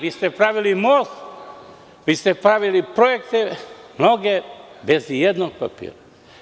Vi ste pravili most, vi ste pravili mnoge projekte bez ijednog papira.